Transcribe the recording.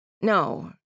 No